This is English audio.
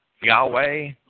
Yahweh